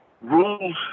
rules